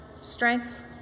strength